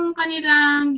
kanilang